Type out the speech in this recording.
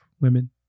women